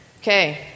Okay